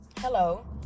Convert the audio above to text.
hello